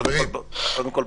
קודם כל,